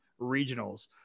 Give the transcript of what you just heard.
regionals